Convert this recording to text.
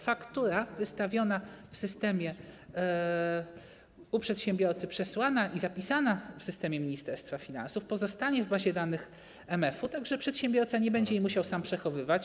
Faktura wystawiona w systemie przedsiębiorcy, przesłana i zapisana w systemie Ministerstwa Finansów pozostanie w bazie danych MF, tak więc przedsiębiorca nie będzie jej musiał sam przechowywać.